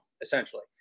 essentially